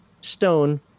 stone